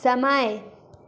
समय